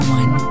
one